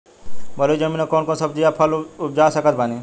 बलुई जमीन मे कौन कौन सब्जी या फल उपजा सकत बानी?